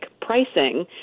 pricing